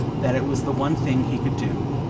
that it was the one thing he could do.